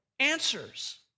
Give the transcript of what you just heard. answers